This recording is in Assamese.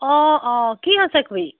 অঁ অঁ কি হৈছে খুৰীৰ